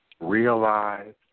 realize